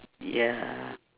ya